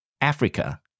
Africa